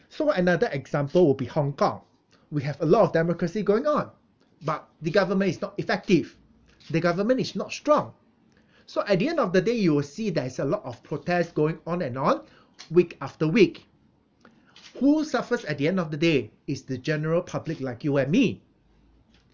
so another example will be hong kong we have a lot of democracy going on but the government is not effective the government is not strong so at the end of the day you will see that is a lot of protests going on and on week after week who suffers at the end of the day it's the general public like you and me